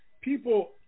people